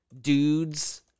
dudes